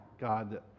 God